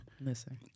Listen